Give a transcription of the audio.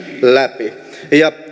läpi ja